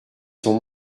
son